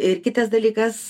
ir kitas dalykas